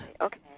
Okay